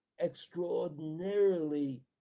extraordinarily